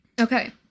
Okay